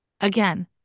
Again